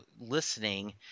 listening